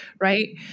right